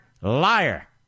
liar